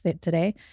today